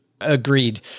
Agreed